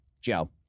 Joe